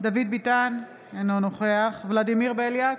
דוד ביטן, אינו נוכח ולדימיר בליאק,